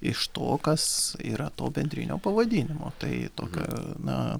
iš to kas yra to bendrinio pavadinimo tai tokio na